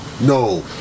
No